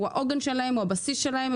הוא העוגן והבסיס שלהם.